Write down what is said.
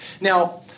Now